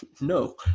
no